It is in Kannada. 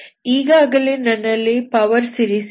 ಈಗಾಗಲೇ ನನ್ನಲ್ಲಿ ಪವರ್ ಸೀರೀಸ್ ಇದೆ